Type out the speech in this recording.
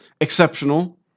exceptional